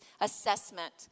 assessment